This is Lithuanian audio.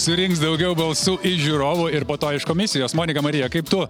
surinks daugiau balsų žiūrovų ir po to iš komisijos monika marija kaip tu